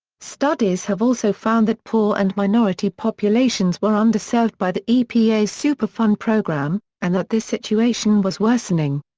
studies have also found that poor and minority populations were underserved by the epa's superfund program, and that this situation was worsening.